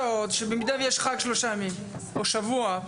במידה ויש חג, שלושה ימים או שבוע.